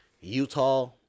Utah